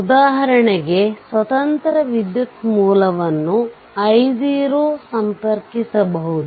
ಉದಾಹರಣೆಗೆ ಸ್ವತಂತ್ರ ವಿದ್ಯುತ್ ಮೂಲವನ್ನು i0 ಸಂಪರ್ಕಿಸಬಹುದು